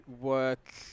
work